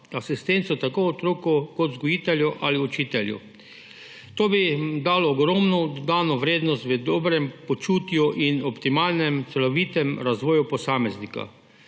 asistenco tako otrok kot vzgojiteljev ali učiteljev. To bi dalo ogromno dodano vrednost v dobrem počutju in optimalnem, celovitem razvoju posameznika.